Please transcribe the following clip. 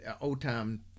old-time